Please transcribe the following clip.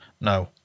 No